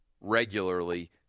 regularly